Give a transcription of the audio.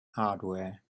hardware